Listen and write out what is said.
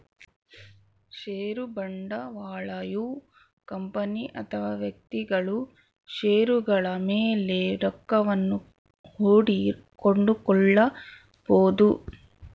ಷೇರು ಬಂಡವಾಳಯು ಕಂಪನಿ ಅಥವಾ ವ್ಯಕ್ತಿಗಳು ಷೇರುಗಳ ಮೇಲೆ ರೊಕ್ಕವನ್ನು ಹೂಡಿ ಕೊಂಡುಕೊಳ್ಳಬೊದು